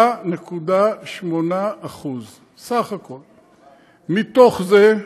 3.8%; מתוך זה,